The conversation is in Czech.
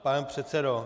Pane předsedo!